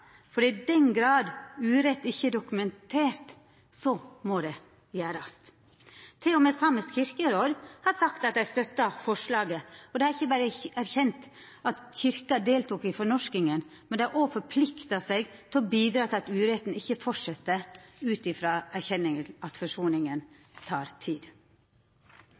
for i den grad urett ikkje er dokumentert, må det gjerast. Til og med Samisk kyrkjeråd har sagt at dei støttar forslaget, og dei har ikkje berre erkjent at Kyrkja deltok i fornorskinga, men dei har òg forplikta seg til å bidra til at uretten ikkje fortset, ut frå erkjenninga av at forsoninga tek tid.